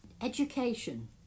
Education